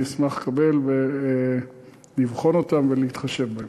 אני אשמח לקבל ולבחון אותן ולהתחשב בהן.